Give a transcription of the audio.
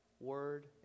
word